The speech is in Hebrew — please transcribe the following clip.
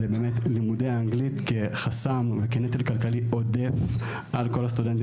על לימודי האנגלית כחסם וכנטל כלכלי עודף על כל הסטודנטים